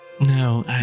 No